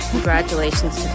Congratulations